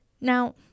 Now